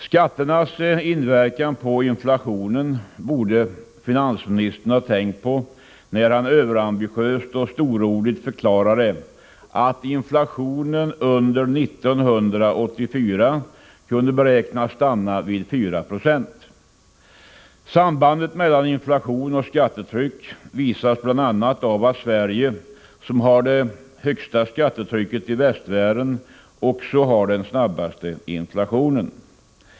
Skatternas inverkan på inflationen borde finansministern ha tänkt på när han överambitiöst och storordigt förklarade att inflationen under 1984 kunde beräknas stanna vid 4 96. Sambandet mellan inflation och skattetryck visas bl.a. av att Sverige, som har det högsta skattetrycket i västvärlden, också har den snabbaste inflationen.